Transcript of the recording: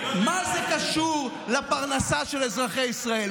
מה זה קשור לפרנסה של אזרחי ישראל?